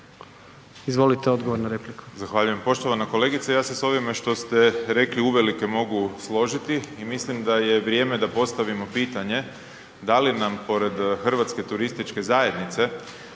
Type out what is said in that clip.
Izvolite, odgovor na repliku.